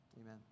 Amen